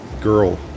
girl